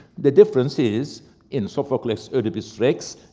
the difference is in sophocles' oedipus rex,